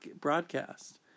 broadcast